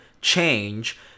change